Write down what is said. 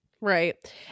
Right